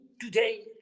today